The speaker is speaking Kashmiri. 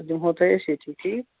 دِمہو تۄہہِ أسۍ ییٚتی ٹھیٖک